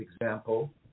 example